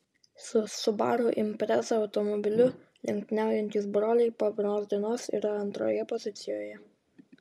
su subaru impreza automobiliu lenktyniaujantys broliai po pirmos dienos yra antroje pozicijoje